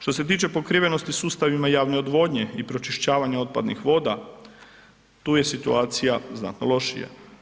Što se tiče pokrivenosti sustavima javne odvodnje i pročišćavanja otpadnih voda, tu je situacija znatno lošija.